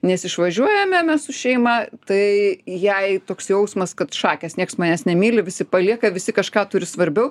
nes išvažiuojame mes su šeima tai jai toks jausmas kad šakės nieks manęs nemyli visi palieka visi kažką turi svarbiau